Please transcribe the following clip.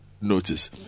notice